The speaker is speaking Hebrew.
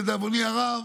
לדאבוני הרב,